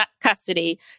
custody